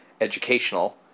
educational